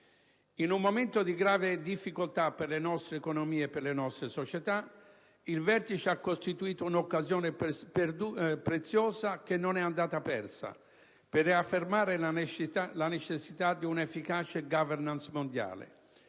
In un momento di grave difficoltà per le nostre economie e per le nostre società, il vertice ha costituito un'occasione preziosa, che non è andata persa, per riaffermare la necessità di una efficace *governance* mondiale.